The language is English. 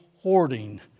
hoarding